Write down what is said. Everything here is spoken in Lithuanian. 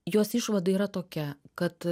jos išvada yra tokia kad